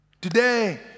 Today